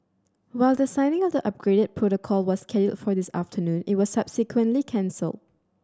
while the signing of the upgraded protocol was scheduled for this afternoon it was subsequently cancelled